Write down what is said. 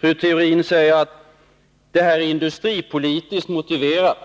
Fru Theorin säger att det här förslaget är industripolitiskt motiverat